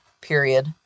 period